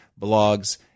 blogs